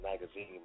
magazine